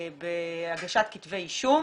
בהגשת כתבי אישום.